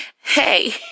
Hey